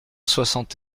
soixante